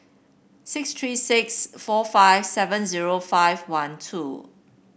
six three six four five seven zero five one two